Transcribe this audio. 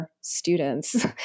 students